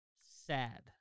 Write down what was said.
sad